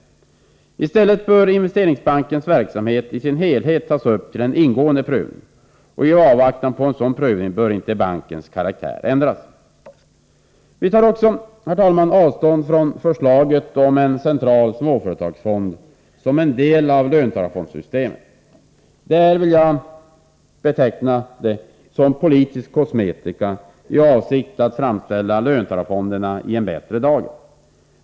I stället bör Investeringsbankens verksamhet i sin helhet tas upp till en ingående prövning. I avvaktan på en sådan prövning bör bankens karaktär inte ändras. Vi tar också, herr talman, avstånd från förslaget om en central småföretagsfond, som en del av löntagarfondssystemet. Detta vill jag beteckna som politisk kosmetika, i avsikt att framställa löntagarfonderna i en bättre dager.